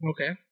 Okay